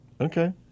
Okay